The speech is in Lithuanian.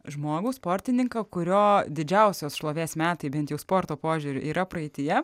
žmogų sportininką kurio didžiausios šlovės metai bent jau sporto požiūriu yra praeityje